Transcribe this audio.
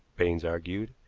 baines argued,